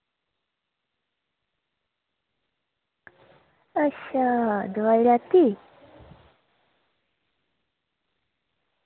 अच्छा दोआई लैती